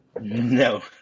no